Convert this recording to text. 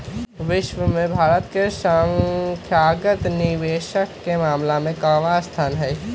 विश्व में भारत के संस्थागत निवेशक के मामला में केवाँ स्थान हई?